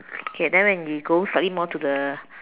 okay then when we go slightly more to the